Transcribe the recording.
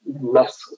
less